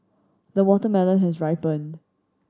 the watermelon has ripened